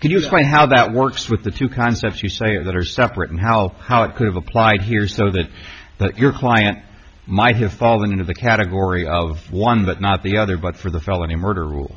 can you explain how that works with the two concepts you say that are separate and how how it could have applied here so that your client might have fallen into the category of one but not the other but for the felony murder rule